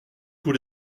tous